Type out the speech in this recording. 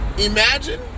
Imagine